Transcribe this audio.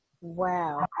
Wow